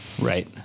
right